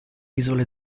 isole